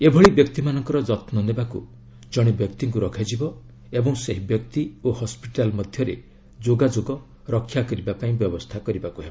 ଏଭଳି ବ୍ୟକ୍ତିମାନଙ୍କର ଯତ୍ନ ନେବାକୁ ଜଣେ ବ୍ୟକ୍ତିଙ୍କୁ ରଖାଯିବ ଏବଂ ସେହି ବ୍ୟକ୍ତି ଓ ହସ୍କିଟାଲ ମଧ୍ୟରେ ଯୋଗାଯୋଗ ରକ୍ଷା କରିବା ପାଇଁ ବ୍ୟବସ୍ଥା କରିବାକୁ ହେବ